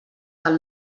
del